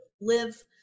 live